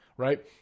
right